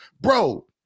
bro